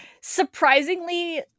surprisingly